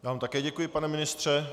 Já vám také děkuji, pane ministře.